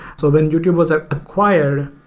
so when youtube was ah acquired,